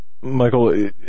Michael